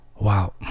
wow